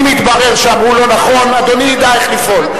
אם יתברר שאמרו לא נכון, אדוני ידע איך לפעול.